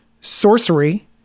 sorcery